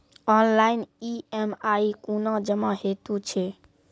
Online EMI कूना जमा हेतु छै?